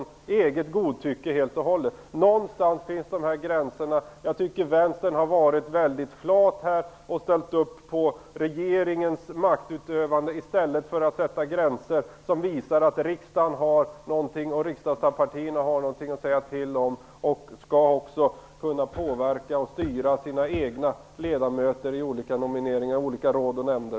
Jag tycker att Vänstern har varit väldigt flat och ställt sig bakom regeringens maktutövning i stället för att sätta gränser som visar att riksdagen och riksdagspartierna kan påverka och styra tillsättandet av sina egna ledamöter i olika råd och nämnder.